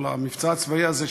או למבצע הצבאי הזה,